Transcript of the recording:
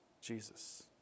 Jesus